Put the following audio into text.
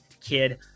kid